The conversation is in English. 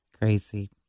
crazy